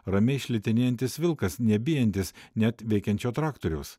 ramiai šlitinėjantis vilkas nebijantis net veikiančio traktoriaus